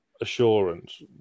assurance